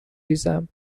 ریزم